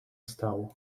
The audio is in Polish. stało